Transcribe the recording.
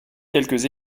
quelques